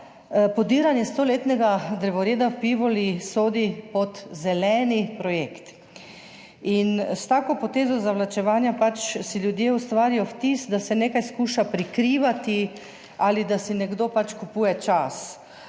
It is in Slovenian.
podiranje stoletnega drevoreda v Pivoli sodi pod zeleni projekt. In s tako potezo zavlačevanja si pač ljudje ustvarijo vtis, da se nekaj skuša prikrivati ali da si nekdo pač kupuje čas.